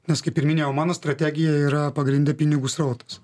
nes kaip ir minėjau mano strategija yra pagrindę pinigų srautas